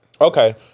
Okay